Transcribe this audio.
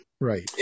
Right